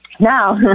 now